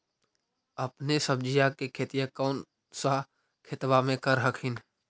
अपने सब्जिया के खेतिया कौन सा खेतबा मे कर हखिन?